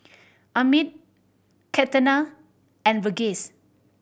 Amit Ketna and Verghese